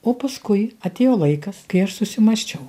o paskui atėjo laikas kai aš susimąsčiau